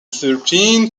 thirteen